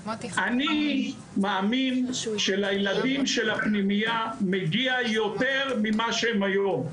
אני מאמין שלילדים של הפנימייה מגיע יותר ממה שהם היום.